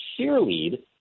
cheerlead